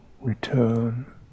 return